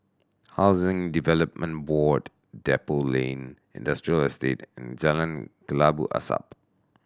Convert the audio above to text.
Housing Development Board Depot Lane Industrial Estate and Jalan Kelabu Asap